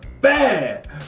bad